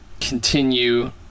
continue